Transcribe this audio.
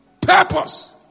Purpose